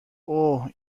اوه